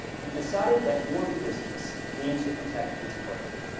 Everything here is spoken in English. you've decided that your business needs to protect its brand.